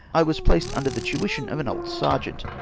i was placed under the tuition of an old serojeant,